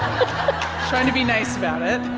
um to be nice about it.